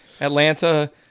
Atlanta